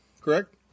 correct